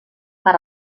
per